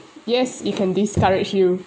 yes it can discourage you